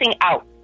out